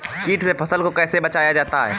कीट से फसल को कैसे बचाया जाता हैं?